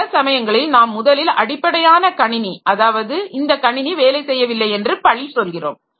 பல சமயங்களில் நாம் முதலில் அடிப்படையான கணினி அதாவது இந்த கணினி வேலை செய்யவில்லை என்று பழி சொல்கிறோம்